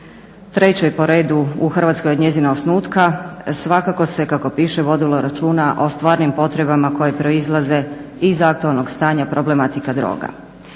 3 po redu u Hrvatskoj od njezina osnutka, svakako se kako piše vodilo računa o stvarnim potrebama koje proizlaze iz aktualnog stanja problematika droga.